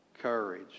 courage